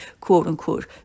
quote-unquote